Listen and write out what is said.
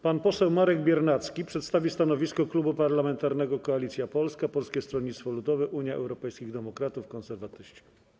Pan poseł Marek Biernacki przedstawi stanowisko Klubu Parlamentarnego Koalicja Polska - Polskie Stronnictwo Ludowe, Unia Europejskich Demokratów, Konserwatyści.